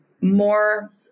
more